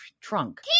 trunk